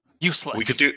Useless